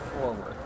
forward